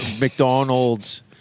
McDonald's